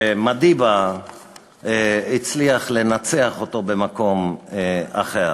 שמדיבה הצליח לנצח אותו במקום אחר.